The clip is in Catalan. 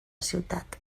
ciutat